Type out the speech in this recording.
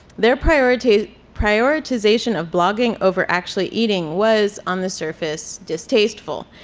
their prioritization prioritization of blogging over actually eating was, on the surface, distasteful.